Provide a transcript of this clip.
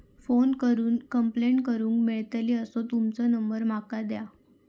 Phone करून complaint करूक मेलतली असो तुमचो नंबर माका दिया?